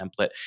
template